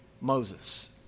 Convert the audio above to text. Moses